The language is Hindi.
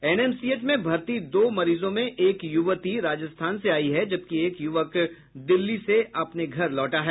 एनएमसीएच में भर्ती दो मरीजों में एक युवती राजस्थान से आई है जबकि एक युवक दिल्ली से अपने घर लौटा है